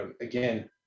again